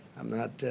i'm not